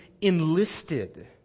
enlisted